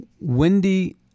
Wendy